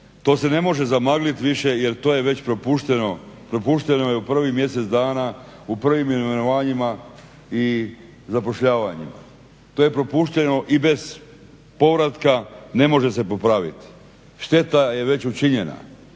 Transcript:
To se ne može zamagliti više jer to je već propušteno. Propušteno je u prvih mjesec dana u prvim imenovanjima i zapošljavanjem. To je propušteno i bez povratka. Ne može se popraviti. Šteta je već učinjena,